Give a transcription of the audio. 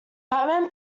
batman